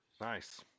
Nice